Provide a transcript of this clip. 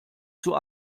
zur